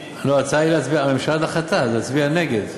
הממשלה דחתה, אז להצביע נגד.